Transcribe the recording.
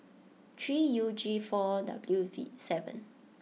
three U G four W T seven